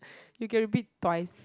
you can repeat twice